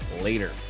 later